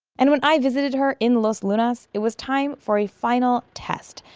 and when i visited her in los lunas, it was time for a final test,